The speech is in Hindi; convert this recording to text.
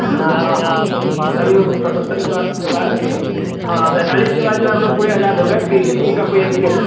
ना हाँ हाँ सभी सतहत्तर के बाद बाद यह हाँ सैंतालीस के बाद जो है हम लोग जो है पूरे आज़ाद हो गए कि किसी का कोई अति नहीं